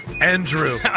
Andrew